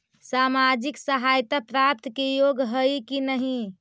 सामाजिक सहायता प्राप्त के योग्य हई कि नहीं?